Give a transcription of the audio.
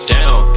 Down